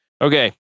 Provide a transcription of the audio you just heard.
Okay